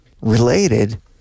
related